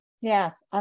Yes